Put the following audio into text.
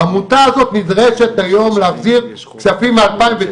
העמותה הזאת מתבקשת היום להעביר כספים מ-2019,